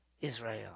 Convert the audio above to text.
Israel